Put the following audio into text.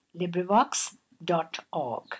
LibriVox.org